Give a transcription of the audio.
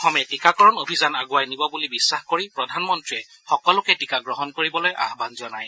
অসমে টীকাকৰণ অভিযান আগুৱাই নিব বুলি বিশ্বাস ব্যক্ত কৰি প্ৰধানমন্ত্ৰীয়ে সকলোকে টীকা গ্ৰহণ কৰিবলৈ আহান জনায়